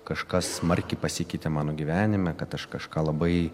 kažkas smarkiai pasikeitė mano gyvenime kad aš kažką labai